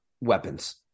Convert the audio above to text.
weapons